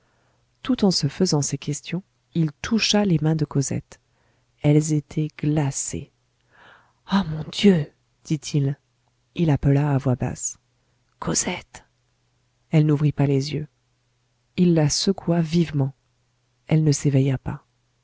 tout en se faisant ces questions il toucha les mains de cosette elles étaient glacées ah mon dieu dit-il il appela à voix basse cosette elle n'ouvrit pas les yeux il la secoua vivement elle ne s'éveilla pas